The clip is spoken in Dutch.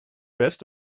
best